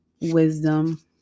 wisdom